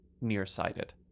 nearsighted